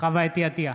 חוה אתי עטייה,